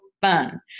fun